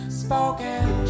spoken